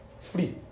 free